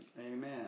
Amen